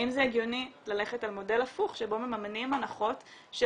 האם זה הגיוני ללכת על מודל הפוך שבו מממנים הנחות של